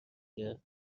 کرد